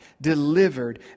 delivered